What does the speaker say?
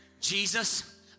Jesus